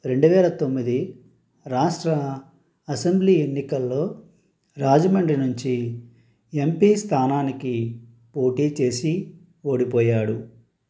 రెండు వేల తొమ్మిది రాష్ట్ర అసెంబ్లీ ఎన్నికల్లో రాజమండ్రి నుంచి ఎంపీ స్థానానికి పోటీ చేసి ఓడిపోయాడు